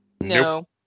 No